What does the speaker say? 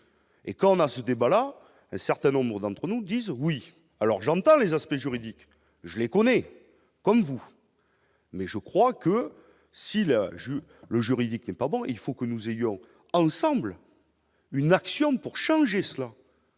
Et quand on a ce débat-là, certains nombres d'entre nous disent oui, alors j'entends les aspects juridiques, je les connais comme vous, mais je crois que si le jeu, le juridique n'est pas bon, il faut que nous ayons ensemble. Une action pour changer cela.